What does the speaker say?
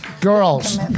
Girls